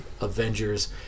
Avengers